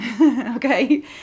okay